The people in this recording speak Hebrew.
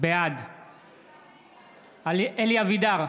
בעד אלי אבידר,